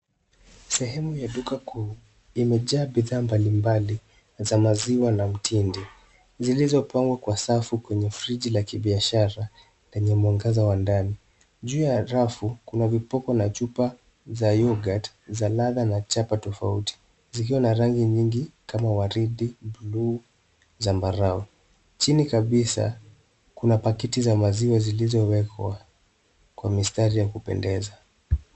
Sehemu ya duka kuu, imejaa bidhaa mbalimbali, za maziwa na mtindi zilizopangwa kwa safu kwenye friji la kibiashara, penye mwangaza wa ndani. Juu ya rafu, kuna vipoko na chupa za yoghurt za ladha na chapa tofauti zikiwa na rangi nyingi kama waridi, buluu, zambarau. Chini kabisaa, kuna paketi za maziwa zilizowekwa kwa mistari ya kupendeza.